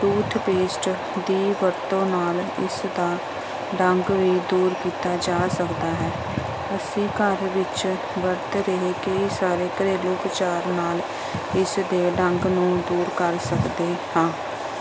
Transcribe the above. tooth paste ਦੀ ਵਰਤੋਂ ਨਾਲ ਇਸ ਦਾ ਡੰਗ ਵੀ ਦੂਰ ਕੀਤਾ ਜਾ ਸਕਦਾ ਹੈ ਅਸੀਂ ਘਰ ਵਿੱਚ ਵਰਤ ਰਹੇ ਕਈ ਸਾਰੇ ਘਰੇਲੂ ਉਪਚਾਰ ਨਾਲ ਇਸ ਦੇ ਡੰਗ ਨੂੰ ਦੂਰ ਕਰ ਸਕਦੇ ਹਾਂ